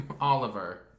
Oliver